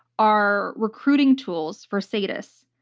are recruiting tools for sadists.